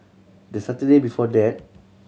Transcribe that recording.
the Saturday before that